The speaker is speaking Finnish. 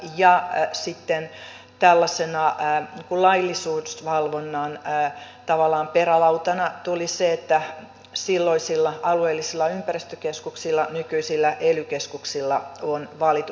ja sitten tällaisena niin kuin laillisuusvalvonnan tavallaan perälautana tuli se että silloisilla alueellisilla ympäristökeskuksilla nykyisillä ely keskuksilla on valitusoikeus